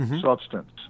substance